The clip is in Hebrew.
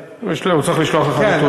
יש לו, הוא צריך לשלוח לך נתונים.